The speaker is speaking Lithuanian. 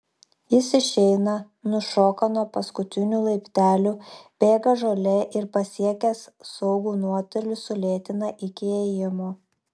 jis išeina nušoka nuo paskutinių laiptelių bėga žole ir pasiekęs saugų nuotolį sulėtina iki ėjimo